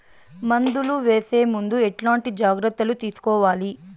మందులు వేసే ముందు ఎట్లాంటి జాగ్రత్తలు తీసుకోవాలి?